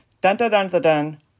dun-dun-dun-dun